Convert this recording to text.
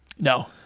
No